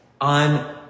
on